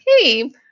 Hey